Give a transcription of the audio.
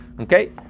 Okay